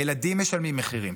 הילדים משלמים מחירים,